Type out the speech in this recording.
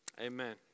Amen